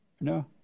No